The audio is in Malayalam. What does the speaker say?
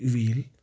ഇവയിൽ